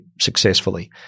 successfully